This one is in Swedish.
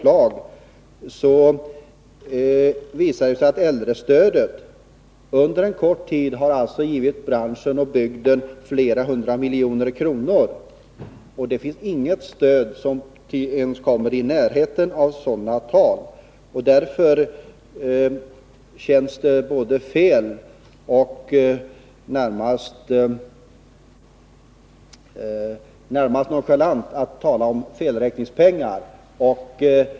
Det har visat sig att äldrestödet under en kort tid har givit branschen och bygden flera hundra miljoner kronor. Det finns inget annat stöd som kommer i närheten av sådana belopp. Därför är det fel och närmast nonchalant att tala om felräkningspengar.